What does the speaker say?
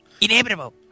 inevitable